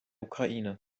ukraine